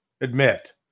admit